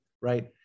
right